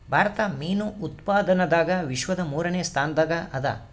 ಭಾರತ ಮೀನು ಉತ್ಪಾದನದಾಗ ವಿಶ್ವದ ಮೂರನೇ ಸ್ಥಾನದಾಗ ಅದ